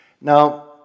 Now